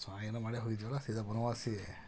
ಹೋಗಿದ್ದೆವಲ್ಲ ಸೀದಾ ಬನವಾಸಿ